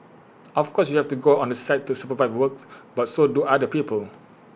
of course you have to go on site to supervise work but so do other people